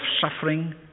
suffering